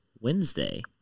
Wednesday